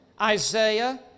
Isaiah